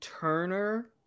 Turner